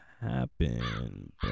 happen